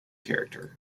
character